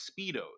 Speedos